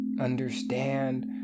understand